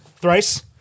Thrice